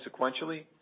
sequentially